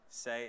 Say